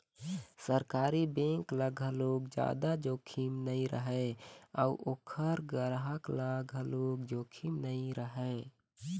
सरकारी बेंक ल घलोक जादा जोखिम नइ रहय अउ ओखर गराहक ल घलोक जोखिम नइ रहय